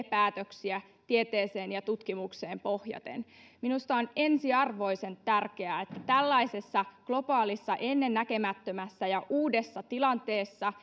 päätöksiä tieteeseen ja tutkimukseen pohjaten minusta on ensiarvoisen tärkeää että tällaisessa globaalissa ennennäkemättömässä ja uudessa tilanteessa